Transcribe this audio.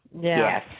Yes